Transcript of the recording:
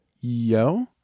Yo